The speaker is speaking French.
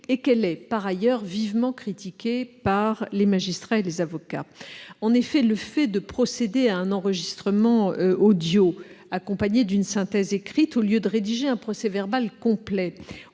Elle est aussi vivement critiquée par les magistrats et les avocats. En effet, si le fait de procéder à un enregistrement audio accompagné d'une synthèse écrite, au lieu de rédiger un procès-verbal complet,